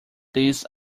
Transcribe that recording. these